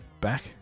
back